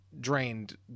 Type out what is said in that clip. drained